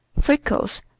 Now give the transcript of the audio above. Freckles